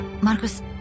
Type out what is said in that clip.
Marcus